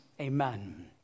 Amen